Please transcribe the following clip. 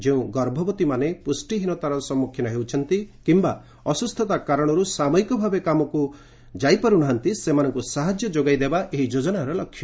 ଯେଉଁ ଗର୍ଭବତୀମାନେ ପୁଷ୍ଠିହୀନତାର ସମ୍ମୁଖୀନ ହେଉଛନ୍ତି କିୟା ଅସୁସ୍ଥତା କାରଣରୁ ସାମୟିକ ଭାବେ କାମକୁ ଯାଇପାରୁ ନାହାନ୍ତି ସେମାନଙ୍କୁ ସାହାଯ୍ୟ ଯୋଗାଇ ଦେବା ଏହି ଯୋଜନାର ଲକ୍ଷ୍ୟ